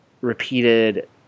repeated